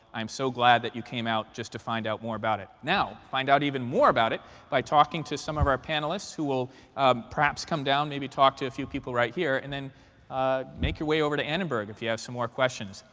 i'm so glad that you came out just to find out more about it. now, find out even more about it by talking to some of our panelists, who will perhaps come down, maybe talk to a few people right here. and then make your way over to annenberg, if you have some more questions.